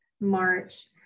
March